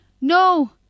No